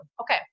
Okay